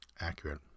accurate